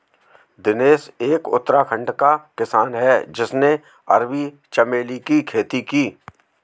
दिनेश एक उत्तराखंड का किसान है जिसने अरबी चमेली की खेती की